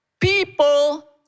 People